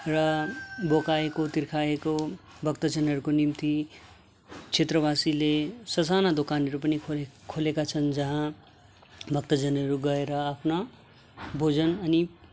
र भोकाएको तिर्खाएको भक्तजनहरूको निम्ति क्षेत्र बासीले ससना दोकानहरू पनि खोलेका छन् जहाँ भक्तजनहरू गएर आफ्ना भोजन अनि